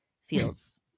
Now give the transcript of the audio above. Feels